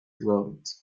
glowed